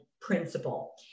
principle